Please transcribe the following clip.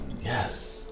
Yes